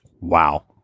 Wow